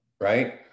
right